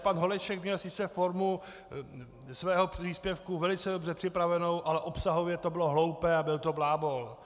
Pan Holeček měl sice formu svého příspěvku velice dobře připravenou, ale obsahově to bylo hloupé a byl to blábol.